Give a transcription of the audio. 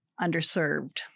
underserved